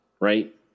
right